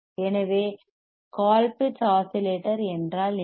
எனவே Colpitts oscillator என்றால் என்ன